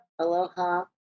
Aloha